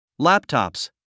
Laptops